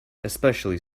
especially